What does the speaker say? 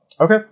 okay